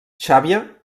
xàbia